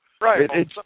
Right